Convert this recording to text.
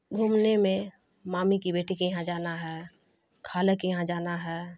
گھومنے میں مامی کی بیٹی کے یہاں جانا ہے خالہ کے یہاں جانا ہے